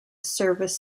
service